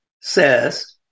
says